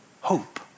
hope